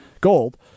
gold